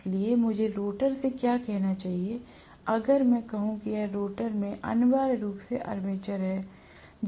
इसलिए मुझे रोटर से क्या चाहिए अगर मैं कहूं कि यह रोटर में अनिवार्य रूप से आर्मेचर है